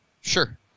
Sure